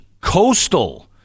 coastal